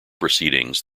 proceedings